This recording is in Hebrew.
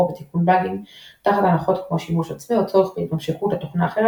ותיקון באגים תחת הנחות כגון שימוש עצמי או צורך בהתממשקות לתוכנה אחרת,